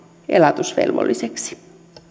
elatusvelvolliseksi